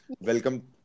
welcome